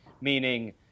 meaning